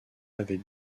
avait